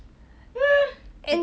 !eww!